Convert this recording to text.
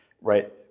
Right